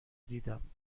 دیدم